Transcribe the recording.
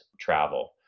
travel